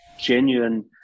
genuine